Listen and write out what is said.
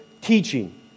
teaching